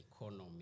economy